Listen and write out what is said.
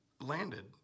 landed